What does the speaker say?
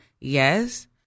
Yes